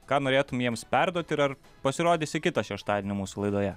ką norėtum jiems perduoti ir ar pasirodysi kitą šeštadienį mūsų laidoje